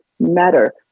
matter